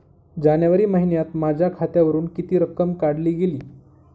जानेवारी महिन्यात माझ्या खात्यावरुन किती रक्कम काढली गेली?